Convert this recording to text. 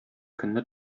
көнне